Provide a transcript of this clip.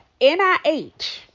NIH